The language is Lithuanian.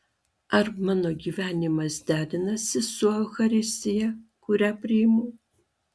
ar mano gyvenimas derinasi su eucharistija kurią priimu